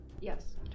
Yes